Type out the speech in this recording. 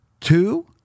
two